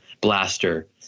blaster